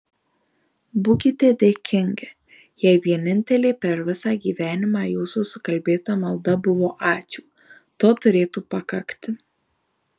būkite dėkingi jei vienintelė per visą gyvenimą jūsų sukalbėta malda buvo ačiū to turėtų pakakti